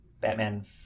Batman